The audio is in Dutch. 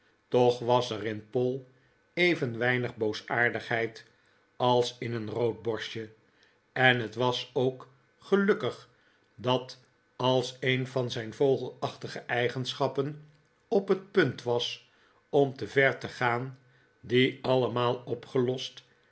toch was er in poll even weinig boosaardigheid als in een roodborstje en het was ook gelukkig dat als een van zijn vogelachtige eigenschappen op het punt was om te ver te gaan die allemaal opgelost